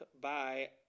bye